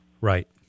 Right